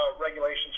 regulations